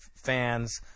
fans